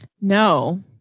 No